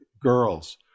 girls